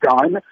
done